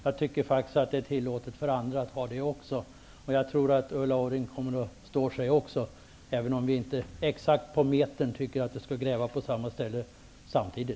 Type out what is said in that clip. Jag tycker faktiskt att det är tillåtet för andra att ha det också. Jag tror att Ulla Orring står för sin åsikt, även om vi inte tycker att det skall grävas på exakt samma ställe.